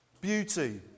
beauty